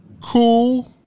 cool